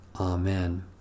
Amen